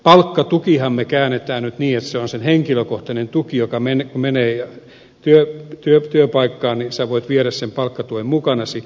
palkkatuenhan me käännämme nyt niin että se on henkilökohtainen tuki joka menee työpaikkaan niin että voit viedä sen palkkatuen mukanasi